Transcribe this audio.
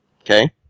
Okay